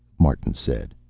martin said.